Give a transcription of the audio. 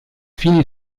fine